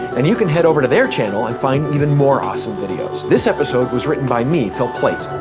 and you can head over to their channel and find even more awesome videos. this episode was written by me, phil plait.